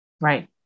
Right